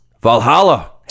Valhalla